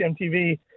MTV